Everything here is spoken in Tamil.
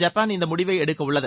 ஜப்பான் இந்த முடிவை எடுக்கவுள்ளது